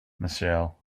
michelle